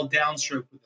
downstroke